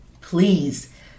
please